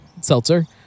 seltzer